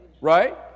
right